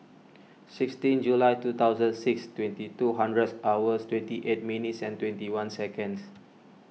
sixteen July two thousand six twenty two hundreds hours twenty eight minutes and twenty one seconds